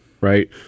right